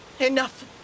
Enough